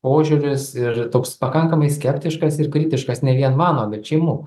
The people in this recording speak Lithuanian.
požiūris ir toks pakankamai skeptiškas ir kritiškas ne vien mano bet šeimų